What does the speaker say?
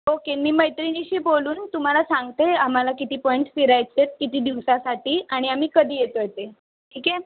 okay मी मैत्रिणीशी बोलून तुम्हाला सांगते आम्हाला किती पॉईंट फिरायचे आहेत किती दिवसासाठी आणि आम्ही कधी येतो आहे ते ठीक आहे